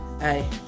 Hey